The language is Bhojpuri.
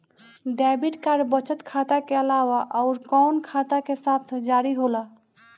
डेबिट कार्ड बचत खाता के अलावा अउरकवन खाता के साथ जारी होला?